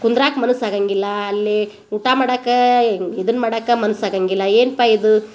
ಕುಂದ್ರಾಕ ಮನಸ್ಸು ಆಗಂಗಿಲ್ಲ ಅಲ್ಲಿ ಊಟ ಮಾಡಕ್ಕೆ ಇದನ್ನ ಮಾಡಕ್ಕ ಮನ್ಸು ಆಗಂಗಿಲ್ಲ ಎನ್ಪಾ ಇದು